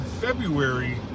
February